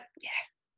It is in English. yes